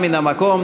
הנמקה מהמקום.